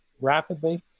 rapidly